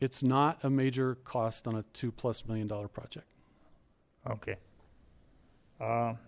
it's not a major cost on a two plus million dollar project okay